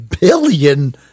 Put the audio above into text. billion